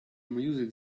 music